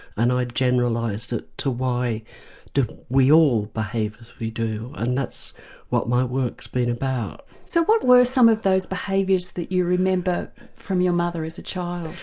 and i generalised it to why do we all behave as we do? and that's what my work's been about. so what were some of those behaviours that you remember from your mother as a child?